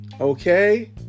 Okay